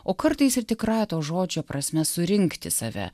o kartais ir tikrąja to žodžio prasme surinkti save